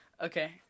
Okay